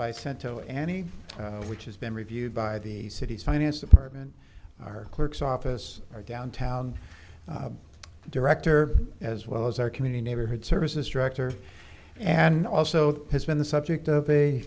by cent to any which has been reviewed by the city's finance department our clerk's office or down town director as well as our community neighborhood services director and also has been the subject of a